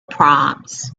proms